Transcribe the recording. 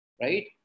right